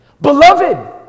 Beloved